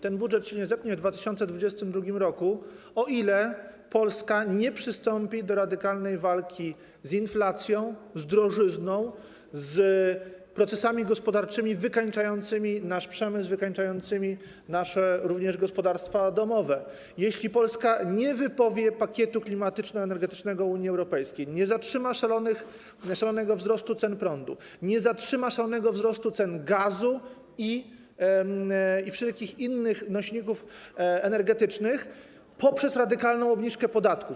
Ten budżet się nie zepnie w 2022 r., o ile Polska nie przystąpi do radykalnej walki z inflacją, z drożyzną, z procesami gospodarczymi wykańczającymi nasz przemysł, wykańczającymi również nasze gospodarstwa domowe; jeśli Polska nie wypowie pakietu klimatyczno-energetycznego Unii Europejskiej; nie zatrzyma szalonego wzrostu cen prądu; nie zatrzyma szalonego wzrostu cen gazu i wszelkich innych nośników energetycznych poprzez radykalną obniżkę podatków.